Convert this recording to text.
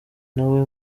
nawe